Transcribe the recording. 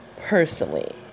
personally